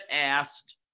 asked